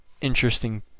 interesting